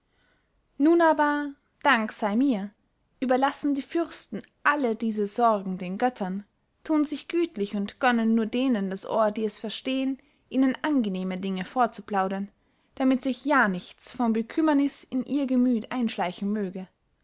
nun aber dank sey mir überlassen die fürsten alle diese sorgen den göttern thun sich gütlich und gönnen nur denen das ohr die es verstehen ihnen angenehme dinge vorzuplaudern damit sich ja nichts von bekümmerniß in ihr gemüth einschleichen möge